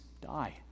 die